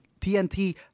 TNT